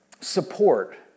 support